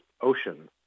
ocean